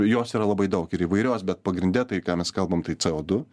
jos yra labai daug ir įvairios bet pagrinde tai ką mes kalbam tai co du